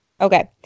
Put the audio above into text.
Okay